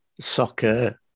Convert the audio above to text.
soccer